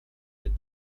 with